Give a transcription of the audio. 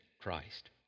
Christ